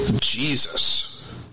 Jesus